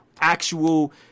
Actual